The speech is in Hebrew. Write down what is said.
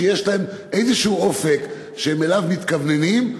שיש להם איזה אופק שהם אליו מתכווננים,